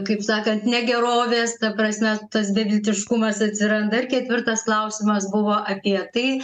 kaip sakant negerovės ta prasme tas beviltiškumas atsiranda ir ketvirtas klausimas buvo apie tai